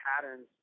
patterns